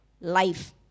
life